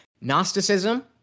Gnosticism